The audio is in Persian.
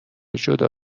جدا